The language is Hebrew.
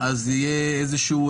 רגולציה יהיה איזשהו